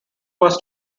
was